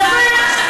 יפה,